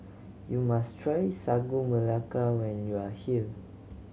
you must try Sagu Melaka when you are here